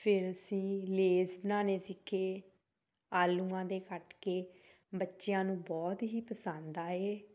ਫਿਰ ਅਸੀਂ ਲੇਜ ਬਣਾਉਣੇ ਸਿੱਖੇ ਆਲੂਆਂ ਦੇ ਕੱਟ ਕੇ ਬੱਚਿਆਂ ਨੂੰ ਬਹੁਤ ਹੀ ਪਸੰਦ ਆਏ